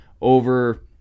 over